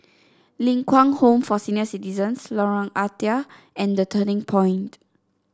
Ling Kwang Home for Senior Citizens Lorong Ah Thia and The Turning Point